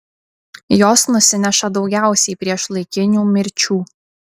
jos nusineša daugiausiai priešlaikinių mirčių